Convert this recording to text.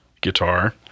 guitar